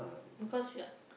because we are